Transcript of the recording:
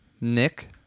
Nick